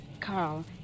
Carl